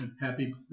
Happy